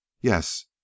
Yes